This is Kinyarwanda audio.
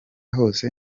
hose